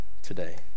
today